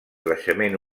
creixement